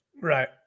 Right